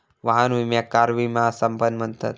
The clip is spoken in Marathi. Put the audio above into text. वाहन विम्याक कार विमा असा पण म्हणतत